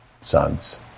sons